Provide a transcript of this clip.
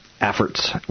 efforts